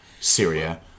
Syria